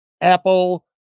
Apple